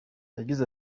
yagize